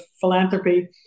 philanthropy